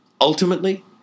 ultimately